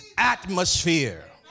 Atmosphere